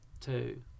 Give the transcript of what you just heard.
two